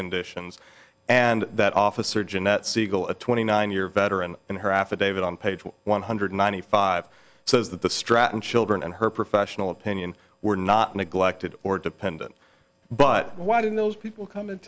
conditions and that officer jeannette siegel a twenty nine year veteran in her affidavit on page one hundred ninety five says that the stratton children and her professional opinion were not neglected or dependent but why did those people come